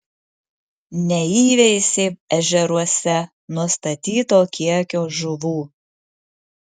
neįveisė ežeruose nustatyto kiekio žuvų